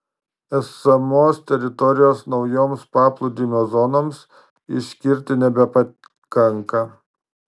esamos teritorijos naujoms paplūdimio zonoms išskirti nebepakanka